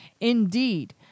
indeed